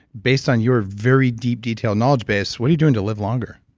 based on your very deep, detailed knowledge base, what are you doing to live longer?